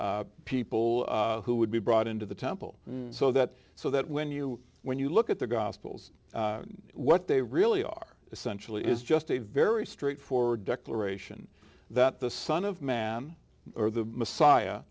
to people who would be brought into the temple so that so that when you when you look at the gospels what they really are essentially is just a very straightforward declaration that the son of man or the messiah